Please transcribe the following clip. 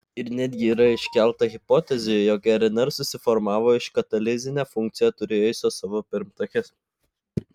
ir netgi yra iškelta hipotezė jog rnr susiformavo iš katalizinę funkciją turėjusios savo pirmtakės